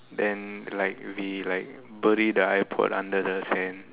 then like we like bury the iPod under the sand